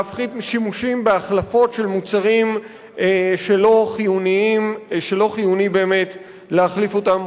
להפחית שימושים בהחלפות של מוצרים שלא חיוני באמת להחליף אותם,